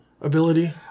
ability